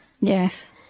Yes